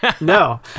No